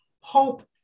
Hope